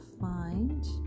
find